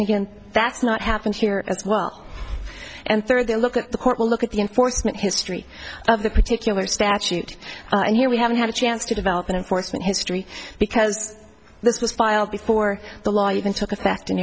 again that's not happened here as well and third they look at the court will look at the enforcement history of the particular statute and here we haven't had a chance to develop an enforcement history because this was filed before the law even took effect in